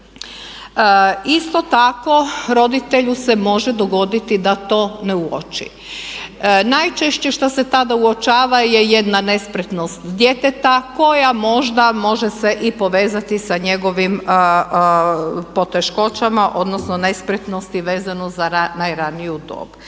Isto tako roditelju se može dogoditi da to ne uoči. Najčešće što se tada uočava je jedna nespretnost djeteta koja možda može se i povezati sa njegovim poteškoćama odnosno nespretnostima vezanim za najraniju dob.